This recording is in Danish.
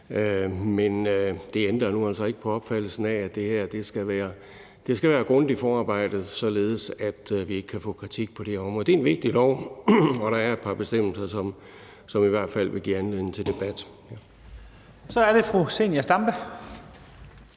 Men det ændrer nu altså ikke på opfattelsen af, at det her skal have et grundigt forarbejde, således at vi ikke kan få kritik på det område. Det er en vigtig lov, og der er et par bestemmelser, som i hvert fald vil give anledning til debat.